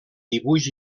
dibuix